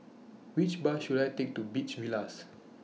Which Bus should I Take to Beach Villas